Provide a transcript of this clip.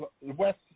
West